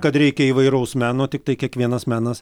kad reikia įvairaus meno tiktai kiekvienas menas